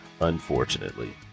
unfortunately